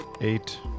Eight